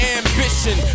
ambition